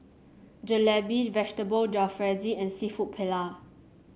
Jalebi Vegetable Jalfrezi and seafood Paella